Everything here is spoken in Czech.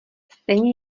stejně